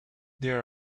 there